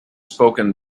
spoken